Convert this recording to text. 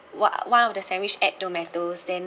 one one of the sandwich add tomatoes then